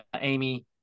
amy